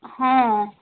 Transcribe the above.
ହଁ